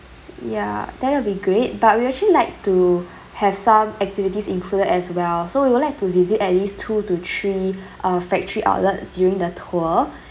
ya that will be great but we actually like to have some activities included as well so we would like to visit at least two to three uh factory outlets during the tour